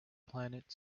planet